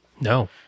No